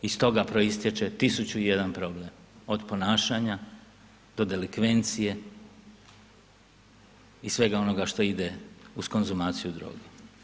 Iz toga proistječe tisuću i jedan problem, od ponašanja do delikvencije i svega onoga što ide uz konzumaciju droge.